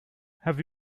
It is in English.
have